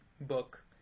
book